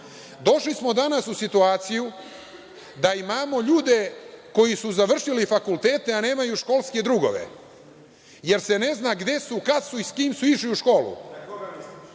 smo danas u situaciju da imamo ljude koji su završili fakultete, a nemaju školske drugove, jer se ne zna gde su, kada su i sa kime su išli u školu.